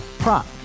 prop